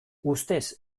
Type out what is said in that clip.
ustez